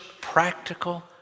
practical